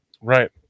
Right